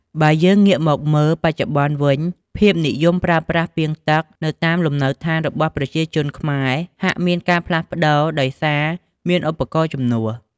បើយើងងាកមកមើល បច្ចុប្បន្នវិញភាពនិយមប្រើប្រាស់ពាងទឹកនៅតាមលំនៅដ្ឋានរបស់ប្រជាជនខ្មែរ ហាក់មានការផ្លាស់ប្ដូរដោយសារមានឧបករណ៍ជំនួស។